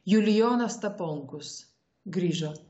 julijonas staponkus grįžo